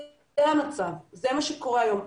זה המצב, זה מה שקורה היום.